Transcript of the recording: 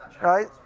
right